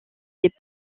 les